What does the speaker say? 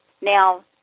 Now